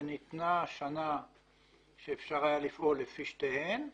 וניתנה שנה שאפשר היה לפעול לפי שתיהן,